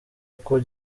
uko